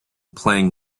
playing